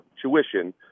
tuition